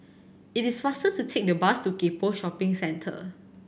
it is faster to take the bus to Gek Poh Shopping Centre